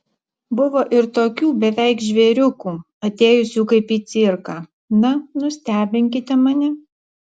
buvo ir tokių beveik žvėriukų atėjusių kaip į cirką na nustebinkite mane